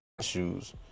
Shoes